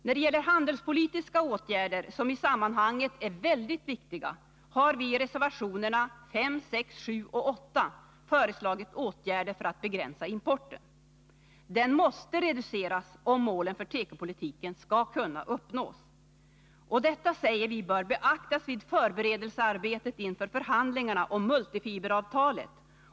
När det gäller handelspolitiska åtgärder, som i sammanhanget är väldigt viktiga, har vi i reservationerna 5, 6, 7 och 8 föreslagit åtgärder för att begränsa importen. Denna måste reduceras om målen för tekopolitiken skall kunna uppnås. Detta, säger vi, bör beaktas vid förberedelsearbetet inför förhandlingarna om multifiberavtalet.